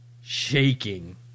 Shaking